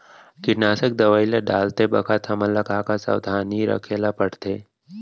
कीटनाशक दवई ल डालते बखत हमन ल का का सावधानी रखें ल पड़थे?